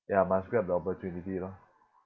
ya must grab the opportunity lor